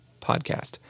podcast